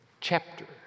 chapter